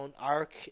arc